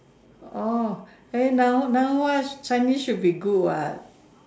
oh then now now what Chinese should be good what